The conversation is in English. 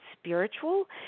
spiritual